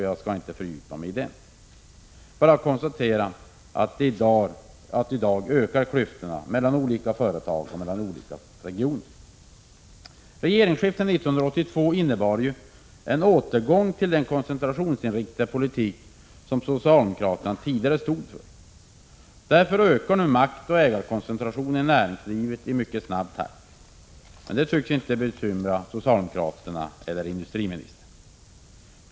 Jag skall inte fördjupa mig i den debatten utan bara konstatera att klyftorna i dag ökar mellan olika företag och olika regioner: Regeringsskiftet 1982 innebar en återgång till den koncentrationsinriktade politik som socialdemokraterna tidigare stod för. Därför ökar nu maktoch ägarkoncentrationen i näringslivet i mycket snabb takt. Det tycks inte bekymra socialdemokraterna eller industriministern.